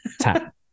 tap